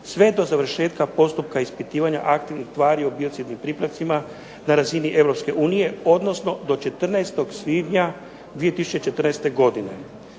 sve do završetka postupka ispitivanja aktivnih tvari o biocidnim pripravcima na razini EU, odnosno do 14. svibnja 2014. godine.